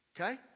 Okay